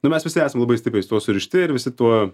nu mes visi esam labai stipriai su tuo surišti ir visi tuo